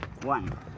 One